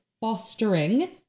fostering